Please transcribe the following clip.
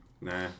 Nah